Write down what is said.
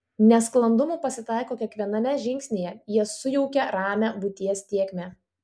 nesklandumų pasitaiko kiekviename žingsnyje jie sujaukia ramią būties tėkmę